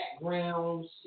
backgrounds